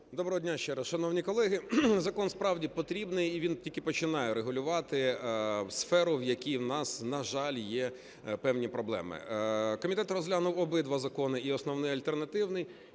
Доброго дня, ще раз, шановні колеги! Закон справді потрібний і він тільки починає регулювати сферу, у якій у нас, на жаль, є певні проблеми. Комітет розглянув обидва закони – і основний, і альтернативний,